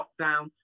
lockdown